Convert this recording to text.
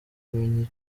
kumenya